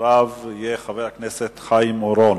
ואחריו ידבר חבר הכנסת חיים אורון.